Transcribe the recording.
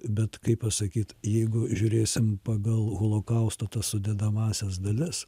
bet kaip pasakyt jeigu žiūrėsime pagal holokausto tas sudedamąsias dalis